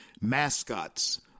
mascots